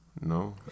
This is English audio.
No